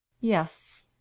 Yes